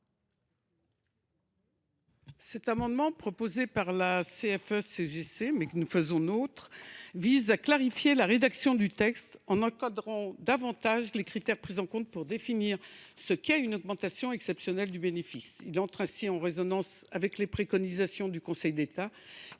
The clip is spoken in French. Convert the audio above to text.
Cet amendement proposé par la CFE CGC, mais que nous faisons nôtre, vise à clarifier la rédaction du texte en encadrant davantage les critères pris en compte pour définir ce qu’est une augmentation exceptionnelle du bénéfice. Il entre en résonnance avec les préconisations du Conseil d’État,